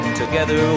together